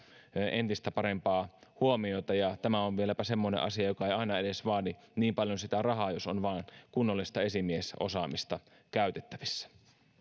entistä parempaa huomiota ja tämä on vieläpä semmoinen asia joka ei aina edes vaadi niin paljon rahaa jos vain on kunnollista esimiesosaamista käytettävissä